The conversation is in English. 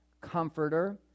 comforter